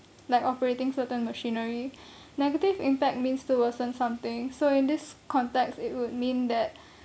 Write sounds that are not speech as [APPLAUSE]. like operating certain machinery [BREATH] negative impact means to worsen something so in this context it would mean that